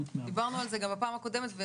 על זה גם בפעם הקודמת,